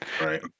Right